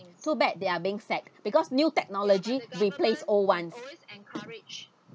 so bad there are being set because new technology replace old ones